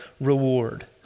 reward